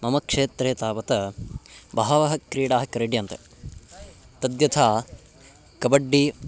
मम क्षेत्रे तावत् बहवः क्रीडाः क्रीड्यन्ते तद्यथा कबड्डी